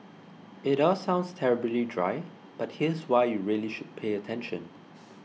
it all sounds terribly dry but here's why you really should pay attention